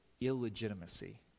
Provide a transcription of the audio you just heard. illegitimacy